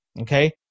okay